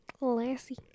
Lassie